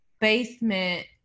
basement